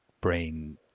brain